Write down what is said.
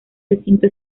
recinto